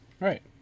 right